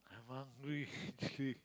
I'm hungry actually